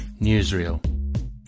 Newsreel